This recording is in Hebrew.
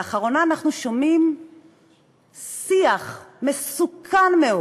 לאחרונה אנחנו שומעים שיח מסוכן מאוד